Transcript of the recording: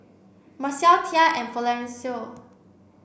Mercer Thea and Florencio